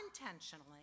intentionally